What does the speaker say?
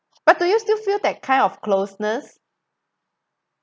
but do you still feel that kind of closeness